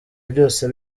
byose